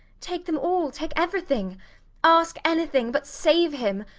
take them all. take everything ask anything but save him.